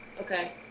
Okay